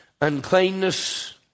uncleanness